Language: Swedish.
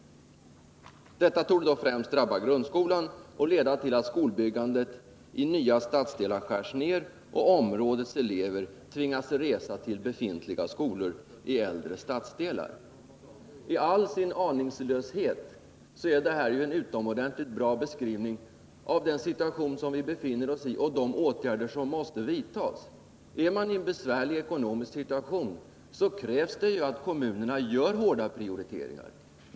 Detta torde då främst drabba grundskolan och leda till att skolbyggandet i nya stadsdelar ' skärs ned och områdets elever tvingas resa till befintliga skolor i äldre stadsdelar.” I all sin aningslöshet är detta en utomordenligt bra beskrivning av den situation som vi befinner oss i och de åtgärder som måste vidtas. Är man i en besvärlig ekonomisk situation, krävs det att kommunerna gör hårda prioriteringar.